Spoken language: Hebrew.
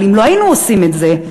אם לא היינו עושים את זה,